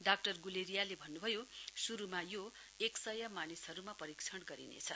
doctor गुलेरियाले भन्नुभयो शुरुमा यो एकसय मानिसहरुमा परीक्षण गरिनेछ